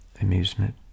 amusement